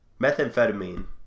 methamphetamine